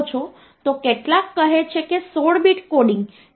33 ને 2 વડે ગુણાકાર કરતા જશો તો તે ક્યારેય 0 પર આવશે નહીં